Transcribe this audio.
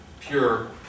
pure